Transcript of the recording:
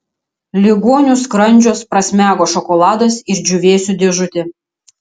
ligonių skrandžiuos prasmego šokoladas ir džiūvėsių dėžutė